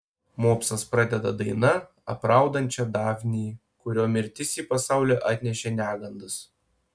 mopsas pradeda daina apraudančia dafnį kurio mirtis į pasaulį atnešė negandas